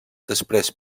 després